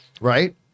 right